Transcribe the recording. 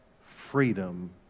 freedom